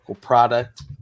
product